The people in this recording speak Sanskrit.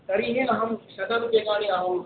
तर्हि अहं शतरूप्यकाणि अहं